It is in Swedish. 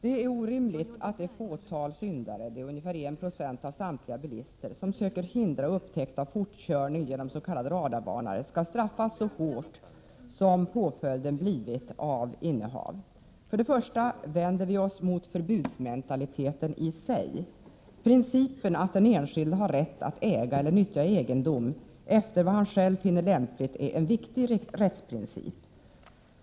Det är orimligt att det fåtal syndare, det är ungefär 1 96 av samtliga bilister, som med hjälp av s.k. radarvarnare söker hindra upptäckt vid fortkörning skall straffas så hårt. Främst vänder vi oss mot förbudsmentaliteten i sig. Principen att den enskilde har rätt att äga eller nyttja egendom efter vad han själv finner lämpligt är en viktig rättsprincip.